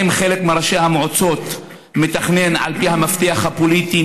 האם חלק מראשי המועצות מתכנן על פי המפתח הפוליטי,